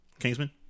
Kingsman